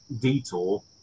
detour